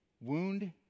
wound